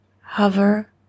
hover